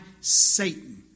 Satan